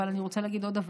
אבל אני רוצה להגיד עוד דבר.